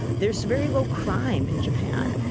there's very low crime in japan.